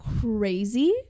crazy